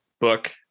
book